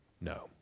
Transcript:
No